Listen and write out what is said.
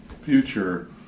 future